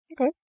Okay